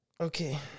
Okay